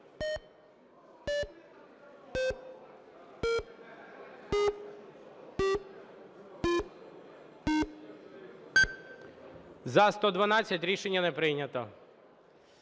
За-107 Рішення не прийнято.